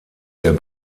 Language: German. der